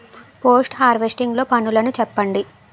Post harvesting లో పనులను చెప్పండి?